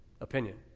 opinion